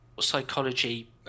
psychology